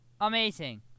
Amazing